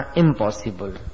impossible